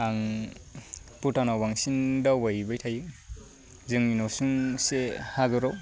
आं भुटानआव बांसिन दावबाय हैबाय थायो जोंनि न'सुंसे हादराव